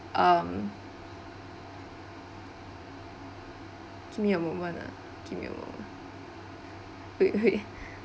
um give me a moment ah give me a moment wait wait